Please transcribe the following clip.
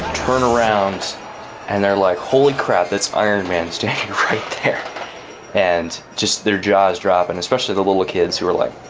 turn around and they're like, holy crap. that's iron man standing right there and just their jaws drop and especially the little kids who are like,